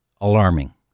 alarming